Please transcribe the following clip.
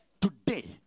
Today